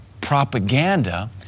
propaganda